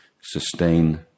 sustain